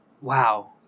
wow